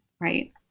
right